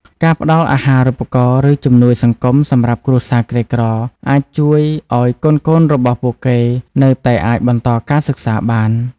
ការផ្តល់អាហារូបករណ៍ ឬជំនួយសង្គមសម្រាប់គ្រួសារក្រីក្រអាចជួយឱ្យកូនៗរបស់ពួកគេនៅតែអាចបន្តការសិក្សាបាន។